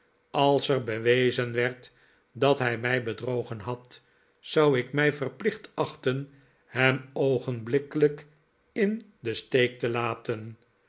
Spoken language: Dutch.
als er bewezfen werd dat hij mij bedrogen had zou ik rilij verplicht achten hem oogenblikkelijk in den steek te laten